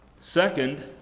second